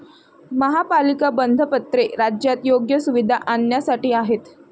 महापालिका बंधपत्रे राज्यात योग्य सुविधा आणण्यासाठी आहेत